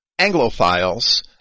Anglophiles